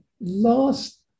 last